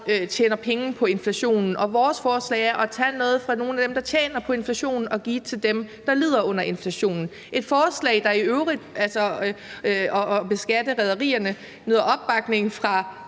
tjener penge på inflationen. Og vores forslag er at tage noget fra nogle af dem, der tjener på inflationen, og give til dem, der lider under inflationen – et forslag om at beskatte rederierne, der i øvrigt